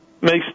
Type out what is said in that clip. makes